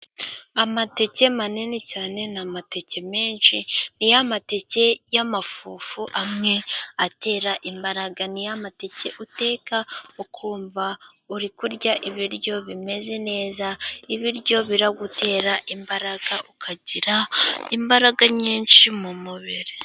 Amateke manini cyane. Ni amateke menshi, ni ya mateke y'amafufu amwe atera imbaraga. Ni ya mateke uteka ukumva uri kurya ibiryo bimeze neza, ibiryo biragutera imbaraga ukagira imbaraga nyinshi mu mubiri.